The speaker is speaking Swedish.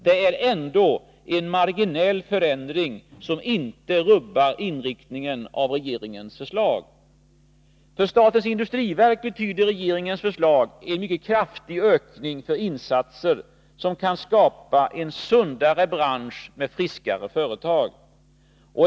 Det är ändå en marginell förändring, som inte rubbar inriktningen av regeringens förslag. För statens industriverk betyder regeringens förslag en mycket kraftig ökning för insatser som kan skapa en sundare bransch med friskare företag.